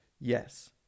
yes